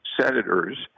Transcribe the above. senators